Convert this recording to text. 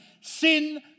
sin